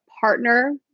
partner